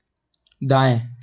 दाएँ